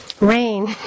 rain